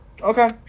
Okay